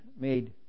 made